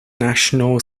national